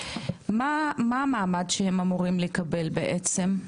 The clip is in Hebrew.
מה המעמד שהם אמורים לקבל בעצם?